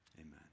Amen